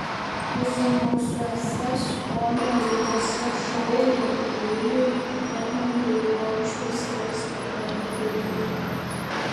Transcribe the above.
būsimosiose skonio laidose šou rengėjai edmundui končiui skirs pagalbininką